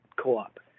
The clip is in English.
Co-op